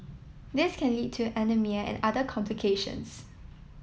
this can lead to anaemia and other complications